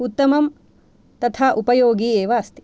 उत्तमं तथा उपयोगी एव अस्ति